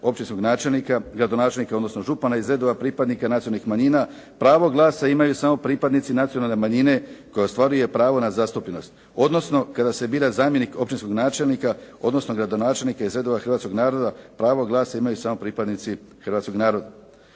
općinskog načelnika, gradonačelnika, odnosno župana iz redova pripadnika nacionalnih manjina pravo glasa imaju samo pripadnici nacionalne manjine koja ostvaruje pravo na zastupljenost, odnosno kada se bira zamjenik općinskog načelnika, odnosno gradonačelnika iz redova hrvatskog naroda, pravo glasa imaju samo pripadnici hrvatskog naroda.